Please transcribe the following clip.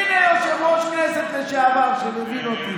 הינה יושב-ראש כנסת לשעבר שמבין אותי,